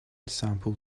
sampled